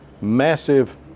massive